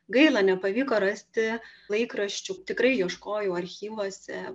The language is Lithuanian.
gaila nepavyko rasti laikraščių tikrai ieškojau archyvuose